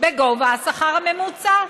בגובה השכר הממוצע.